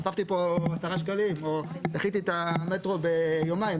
הוספתי פה עשרה שקלים או דחיתי את המטרו ביומיים,